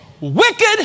wicked